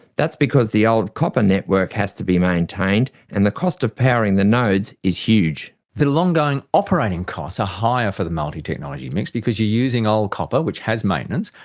that's because the old copper network has to be maintained, and the cost of powering the nodes is huge. the long-going operating costs are ah higher for the multi-technology mix because you're using old copper which has maintenance,